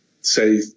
say